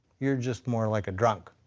you're just more like a drunk.